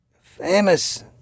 Famous